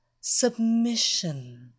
Submission